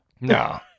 No